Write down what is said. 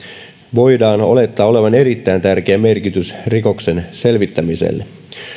voidaan olettaa olevan erittäin tärkeä merkitys rikoksen selvittämiselle